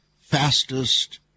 fastest